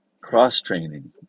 cross-training